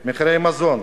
במזון,